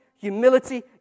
humility